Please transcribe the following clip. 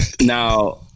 Now